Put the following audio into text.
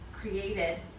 created